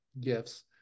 gifts